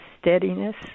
steadiness